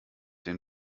den